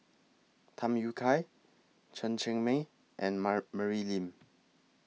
Tham Yui Kai Chen Cheng Mei and Mary Lim